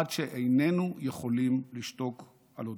עד שאיננו יכולים לשתוק על אודותיהם".